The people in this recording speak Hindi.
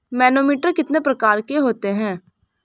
मैनोमीटर कितने प्रकार के होते हैं?